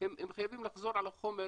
הם חייבים לחזור על החומר